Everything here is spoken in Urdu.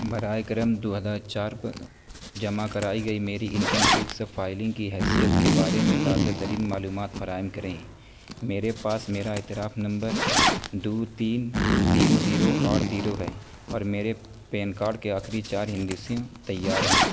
برائے کرم دو ہزار چار پہ جمع کرائی گئی میری انکم ٹیکس فائلنگ کی حیثیت کے بارے میں تازہ ترین معلومات فراہم کریں میرے پاس میرا اعتراف نمبر دو تین تین زیرو آٹھ زیرو ہے اور میرے پین کارڈ کے آخری چار ہندسیوں تیار ہیں